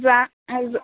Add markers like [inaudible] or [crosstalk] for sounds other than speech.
যোৱা [unintelligible]